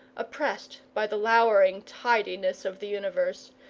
oppressed by the lowering tidiness of the universe,